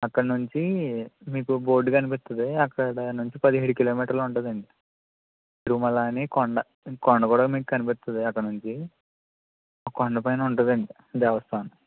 అక్కడ నుంచి మీకు బోర్డ్ కనిపిత్తది అక్కడ నుంచి పదిహేడు కిలోమీటర్లు ఉంటుంది అండి తిరుమల అని కొండ కొండ కూడా మీకు కనిపిత్తది అక్కడ నుంచి కొండపైన ఉంటుంది అండి దేవస్థానం